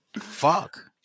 Fuck